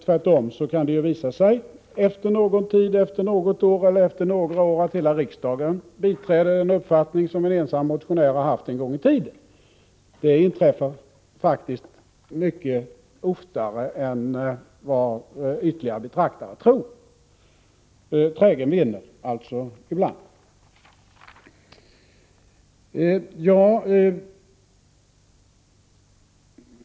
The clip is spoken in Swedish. Tvärtom kan det visa sig, efter något år eller efter några år, att hela riksdagen biträder den uppfattning som en ensam motionär har haft en gång i tiden. Det inträffar faktiskt mycket oftare än vad ytliga betraktare tror. Trägen vinner alltså ibland.